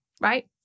right